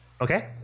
okay